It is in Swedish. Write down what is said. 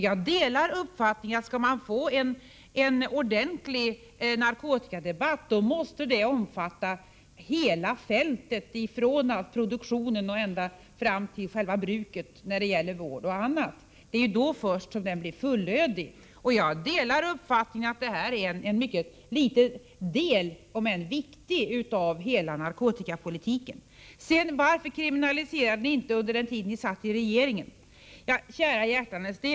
Jag delar uppfattningen att skall man få en ordentlig narkotikadebatt, måste den omfatta hela fältet, från produktionen och ända fram till själva bruket lika väl som vård och andra åtgärder. Det är först då den kan bli fullödig. Frågan om kriminalisering är en mycket liten del, om än viktig, av hela narkotikapolitiken. Varför kriminaliserade ni inte under den tid ni satt i regeringen? frågar Ingvar Carlsson.